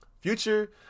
Future